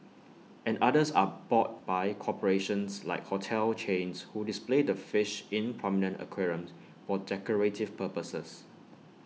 and others are bought by corporations like hotel chains who display the fish in prominent aquariums for decorative purposes